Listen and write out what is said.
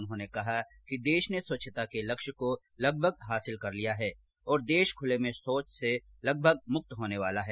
उन्होंने कहा कि देश ने स्वच्छता के लक्ष्य को लगभग हासिल कर लिया है और देश खुले में शौच से लगभग मुक्त होने वाला है